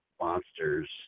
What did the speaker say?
monsters